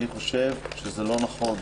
אני חושב שזה לא נכון.